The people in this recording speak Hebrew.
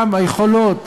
גם היכולות